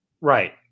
right